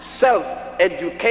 self-education